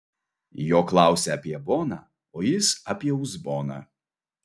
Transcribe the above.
jo klausia apie boną o jis apie uzboną